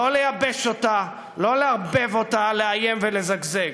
לא לייבש אותה, לא לערבב אותה, לאיים ולזגזג.